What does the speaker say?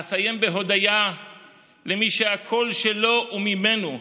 אסיים בהודיה למי שהכול שלו וממנו,